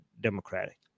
democratic